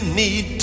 need